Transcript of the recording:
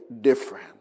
different